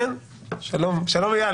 כן - שלום איל,